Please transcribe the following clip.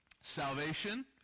Salvation